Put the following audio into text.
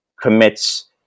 commits